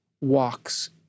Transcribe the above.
walks